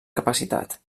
capacitat